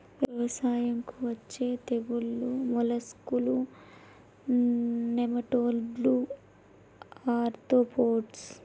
వ్యవసాయంకు అచ్చే తెగుల్లు మోలస్కులు, నెమటోడ్లు, ఆర్తోపోడ్స్